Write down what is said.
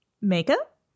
makeup